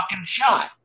shot